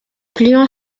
pliant